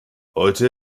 heute